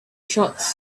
shots